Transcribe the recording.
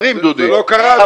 בסדר,